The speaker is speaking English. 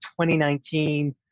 2019